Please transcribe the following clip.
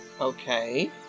Okay